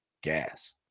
gas